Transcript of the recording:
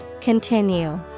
Continue